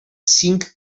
cinc